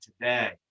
today